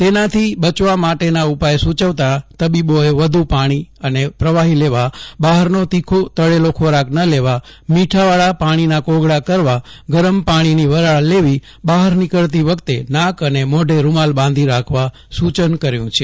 તેનાથી બચવા માટેના ઉપાય સ ચવતાં તબીબોચ્યે વધુ પાણી અને પ્રવાહી લેવા બહારનો તીખો તળેલો ખોરાક ન લેવો મીઠાવાળા પાણીના કોગળા કરવા ગરમ પાણીની વરાળ લેવી બહાર નીકળતી વખતે નાક અને મોઢે રૂમાલ બાંધી રાખવા સુ ચન કર્યું છે